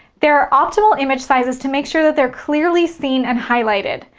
there are optimal images sizes to make sure that they're clearly seen and highlighted.